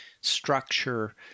structure